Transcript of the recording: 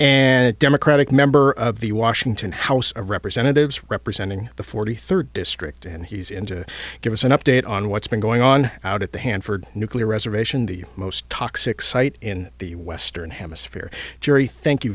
and democratic member of the washington house of representatives representing the forty third district and he's in to give us an update on what's been going on out at the hanford nuclear reservation the most toxic site in the western hemisphere gerri thank you